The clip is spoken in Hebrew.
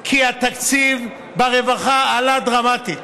כי התקציב ברווחה עלה דרמטית,